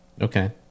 okay